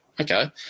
Okay